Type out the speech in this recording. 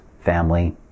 family